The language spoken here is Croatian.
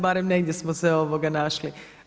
Barem negdje smo se našli.